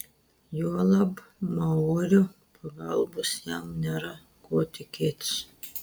juolab maorių pagalbos jam nėra ko tikėtis